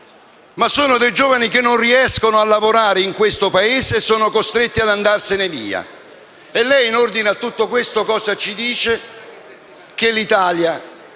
ma sono dei giovani che non riescono a lavorare in questo Paese e sono costretti ad andarsene via. E lei, in ordine a tutto questo, cosa ci dice? Ci dice che l'Italia